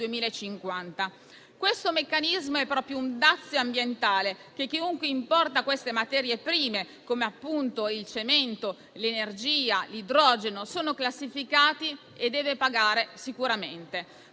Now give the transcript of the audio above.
Questo meccanismo è proprio un dazio ambientale, che chiunque importi tali materie prime - come appunto il cemento, l'energia e l'idrogeno sono classificati - deve pagare sicuramente.